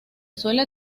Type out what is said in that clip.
suele